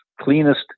cleanest